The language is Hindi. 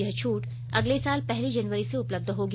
यह छूट अगले साल पहली जनवरी से उपलब्ध होगी